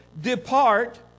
depart